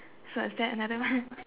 so is that another one